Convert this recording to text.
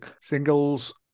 Singles